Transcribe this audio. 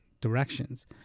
directions